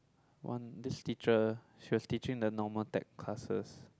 one this teacher she was teaching in the normal tech classes